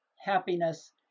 happiness